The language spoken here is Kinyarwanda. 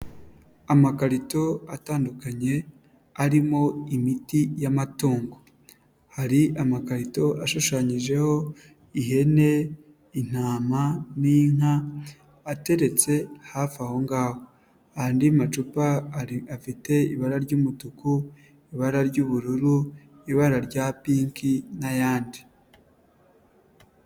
Amakarito atandukanye arimo imiti y'amatungo. Hari amakarito ashushanyijeho ihene, intama n'inka ateretse hafi aho ngaho. Andi macupa afite ibara ry'umutuku, ibara ry'ubururu, ibara rya pinki n'ayandi.